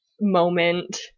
moment